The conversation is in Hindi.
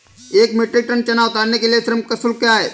एक मीट्रिक टन चना उतारने के लिए श्रम शुल्क क्या है?